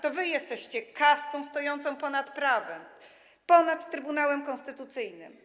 To wy jesteście kastą stojącą ponad prawem, ponad Trybunałem Konstytucyjnym.